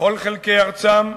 בכל חלקי ארצם,